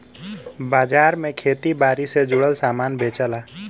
बाजार में खेती बारी से जुड़ल सामान बेचला